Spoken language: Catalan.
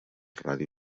radi